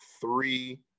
three